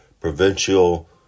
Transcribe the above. provincial